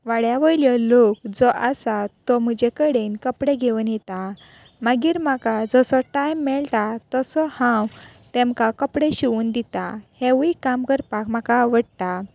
वाड्या वयल्यो लोक जो आसा तो म्हजे कडेन कपडे घेवन येता मागीर म्हाका जसो टायम मेळटा तसो हांव तेमकां कपडे शिंवून दिता हेंवूय काम करपाक म्हाका आवडटा